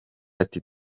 ati